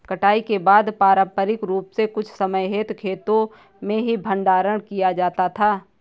कटाई के बाद पारंपरिक रूप से कुछ समय हेतु खेतो में ही भंडारण किया जाता था